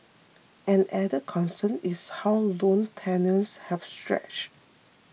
an added concern is how loan tenures have stretch